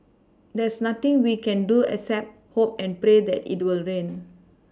there's nothing we can do except hope and pray it rain